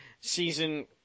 season